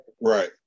Right